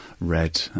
red